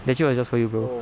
that trip was just for you bro